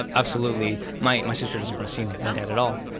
ah absolutely. my my sister doesn't wanna see my dad at all,